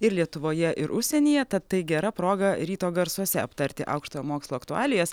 ir lietuvoje ir užsienyje tad tai gera proga ryto garsuose aptarti aukštojo mokslo aktualijas